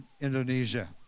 Indonesia